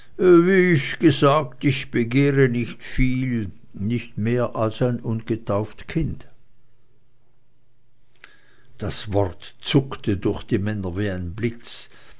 ich gesagt ich begehre nicht viel nicht mehr als ein ungetauftes kind das wort zuckte durch die männer wie ein blitz